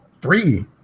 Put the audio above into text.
three